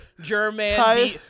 German